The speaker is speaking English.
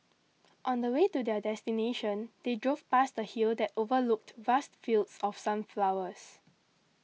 on the way to their destination they drove past a hill that overlooked vast fields of sunflowers